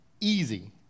easy